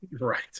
Right